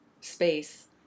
space